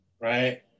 right